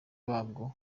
babwo